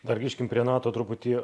dar grįžkim prie nato truputį